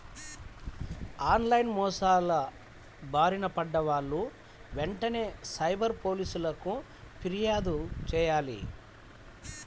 on line మోసాల బారిన పడ్డ వాళ్ళు వెంటనే సైబర్ పోలీసులకు పిర్యాదు చెయ్యాలి